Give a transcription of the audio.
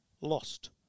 Lost